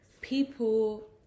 people